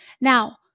Now